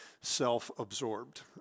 self-absorbed